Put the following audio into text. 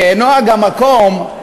כנוהג המקום,